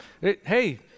hey